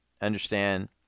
understand